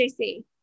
JC